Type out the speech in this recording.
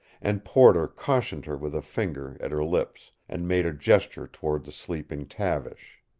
and porter cautioned her with a finger at her lips, and made a gesture toward the sleeping tavish.